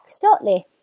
shortly